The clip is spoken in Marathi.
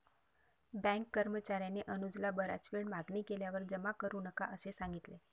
बँक कर्मचार्याने अनुजला बराच वेळ मागणी केल्यावर जमा करू नका असे सांगितले